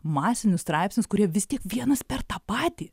masinius straipsnius kurie vis tiek vienas per tą patį